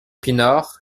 pinard